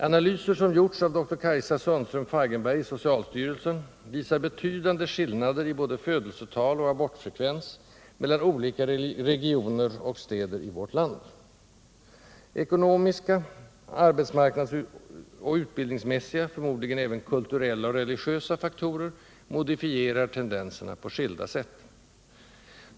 Analyser som gjorts av doktor Kajsa Sundström-Feigenberg i socialstyrelsen visar betydande skillnader i både födelsetal och abortfrekvens mellan olika regioner och städer i vårt land. Ekonomiska, arbetsmarknadsoch utbildningsmässiga och förmodligen även kulturella och religiösa faktorer modifierar tendenserna på skilda sätt.